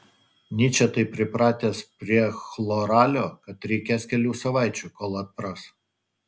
nyčė taip pripratęs prie chloralio kad reikės kelių savaičių kol atpras